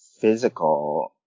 physical